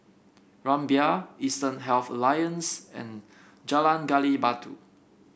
Rumbia Eastern Health Alliance and Jalan Gali Batu